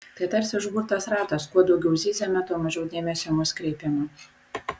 tai tarsi užburtas ratas kuo daugiau zyziame tuo mažiau dėmesio į mus kreipiama